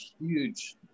huge